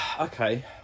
okay